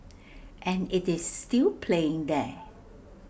and IT is still playing there